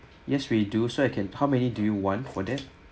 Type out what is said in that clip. yes we do so I can how many do you want for that